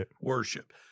worship